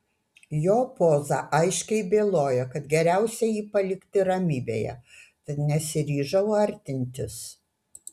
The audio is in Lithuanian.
jo poza aiškiai bylojo kad geriausia jį palikti ramybėje tad nesiryžau artintis